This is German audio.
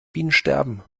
bienensterben